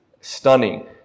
stunning